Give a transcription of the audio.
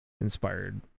inspired